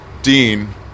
Dean